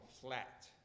flat